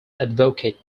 advocate